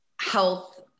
health